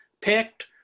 picked